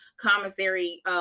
commissary